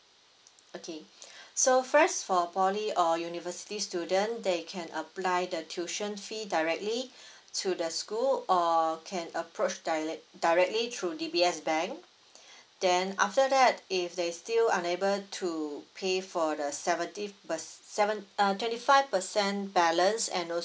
okay so whereas for poly or university student they can apply the tuition fee directly to the school or can approach direct directly through D_B_S bank then after that if they still unable to pay for the seventy perc~ seven err twenty five percent balance and also